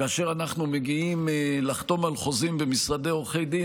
כאשר אנחנו מגיעים לחתום על חוזים במשרדי עורכי דין,